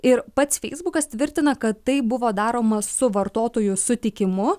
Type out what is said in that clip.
ir pats feisbukas tvirtina kad tai buvo daroma su vartotojų sutikimu